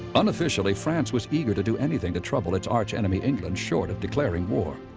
unofficially, france was eager to do anything to trouble its arch-enemry england, short of declaring war.